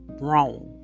wrong